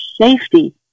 safety